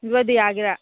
ꯑꯗꯨꯋꯥꯏꯗ ꯌꯥꯒꯦꯔꯥ